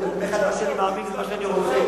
חבר הכנסת גילאון, במה שאני מאמין ומה שאני רוצה.